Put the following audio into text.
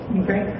okay